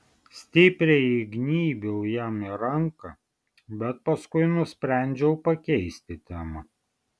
stipriai įgnybiau jam į ranką bet paskui nusprendžiau pakeisti temą